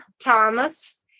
Thomas